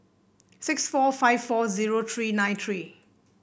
six four five four zero three nine three